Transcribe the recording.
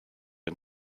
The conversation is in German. den